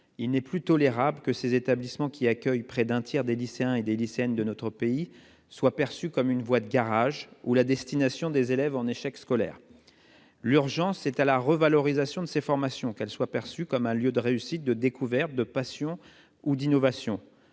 Il n'est plus tolérable que ces établissements qui accueillent près d'un tiers des lycéens et des lycéennes de notre pays soient perçus comme une voie de garage, ou la destination des élèves en échec scolaire. L'urgence est à la revalorisation de ces formations, afin qu'elles soient perçues comme des lieux de réussite, de découvertes, de passions ou d'innovation.